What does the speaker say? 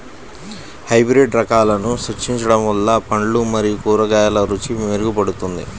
hybrid రకాలను సృష్టించడం వల్ల పండ్లు మరియు కూరగాయల రుచి మెరుగుపడుతుంది